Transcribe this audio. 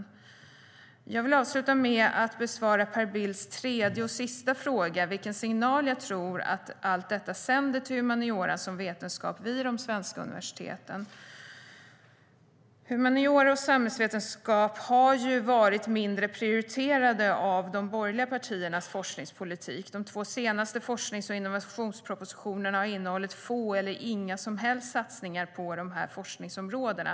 Humaniora och samhällsvetenskap har varit mindre prioriterade av de borgerliga partiernas forskningspolitik. De två senaste forsknings och innovationspropositionerna har innehållit få eller inga som helst satsningar på de forskningsområdena.